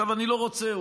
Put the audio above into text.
אני לא רוצה,